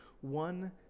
one